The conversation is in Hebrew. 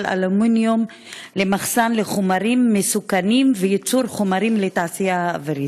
אלומיניום למחסן לחומרים מסוכנים וייצור חומרים לתעשייה האווירית.